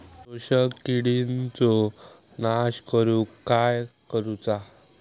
शोषक किडींचो नाश करूक काय करुचा?